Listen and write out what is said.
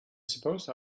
suppose